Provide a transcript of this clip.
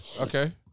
okay